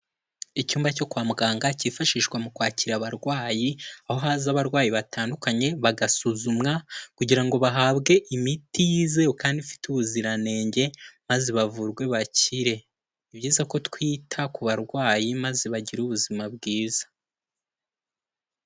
Icyumba cyo kwa muganga cyifashishwa mu kwakira abarwayi, aho haza abarwayi batandukanye bagasuzumwa kugira ngo bahabwe imiti yizewe kandi ifite ubuziranenge, maze bavurwe bakire, ni byiza ko twita ku barwayi, maze bagira ubuzima bwiza.